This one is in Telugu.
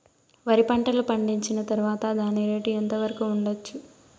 వరి పంటలు పండించిన తర్వాత దాని రేటు ఎంత వరకు ఉండచ్చు